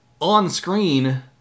on-screen